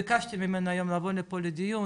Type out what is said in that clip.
ביקשתי ממנו היום לבוא לפה לדיון,